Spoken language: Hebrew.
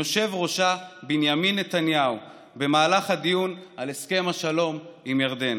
מהיושב-ראש שלה בנימין נתניהו במהלך הדיון על הסכם השלום עם ירדן.